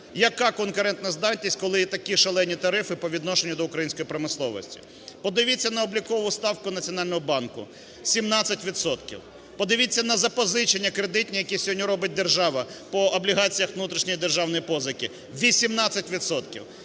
Яка конкурентоздатність, коли є такі шалені тарифи по відношенню до української промисловості? Подивіться на обліку ставку Національного банку – 17 відсотків. Подивіться на запозичення кредитні, які сьогодні робить держава по облігаціях внутрішньої державної позики, – 18